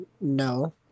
no